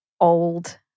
old